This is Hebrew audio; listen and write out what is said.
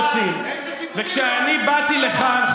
כשאני באתי לכאן,